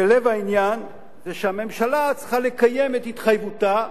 ולב העניין זה שהממשלה צריכה לקיים את התחייבותה,